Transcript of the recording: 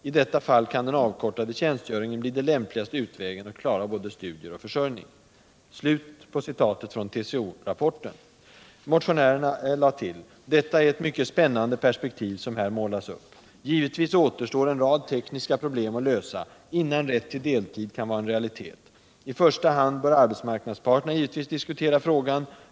I detta fall kan den avkortade tjänstgöringen bli den lämpligaste utvägen att klara både studier och försörjning.” Så långt TCO-rapponen. "Det är ett mycket spännande perspektiv som hir målas upp. Givetvis återstår en rad tekniska problem att lösa innan rätt till deltid kan vara en realitet. I första hand bör arbetsmarknadsparterna givetvis diskutera frågan.